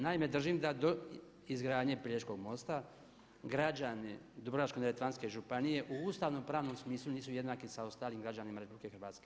Naime, držim da do izgradnje Pelješkog mosta građani Dubrovačko-neretvanske županije u ustavnopravnom smislu nisu jednaki sa ostalim građanima RH.